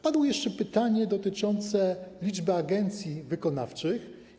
Padło też pytanie dotyczące liczby agencji wykonawczych.